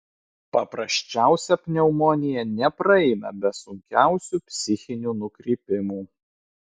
paprasčiausia pneumonija nepraeina be sunkiausių psichinių nukrypimų